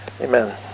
Amen